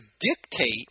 dictate